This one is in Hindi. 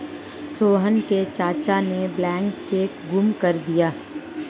सोहन के चाचा ने ब्लैंक चेक गुम कर दिया